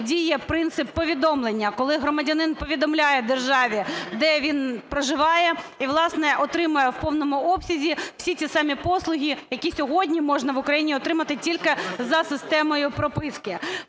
діє принцип повідомлення, коли громадянин повідомляє державі, де він проживає і, власне, отримає в повному обсязі всі ці самі послуги, які сьогодні можна в Україні отримати тільки за системою прописки.